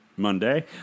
Monday